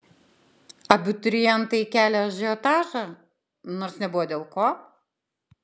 abiturientai kelią ažiotažą nors nebuvo dėl ko